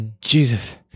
Jesus